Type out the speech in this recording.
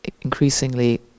increasingly